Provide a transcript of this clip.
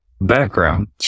background